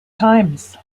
times